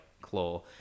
Claw